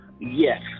Yes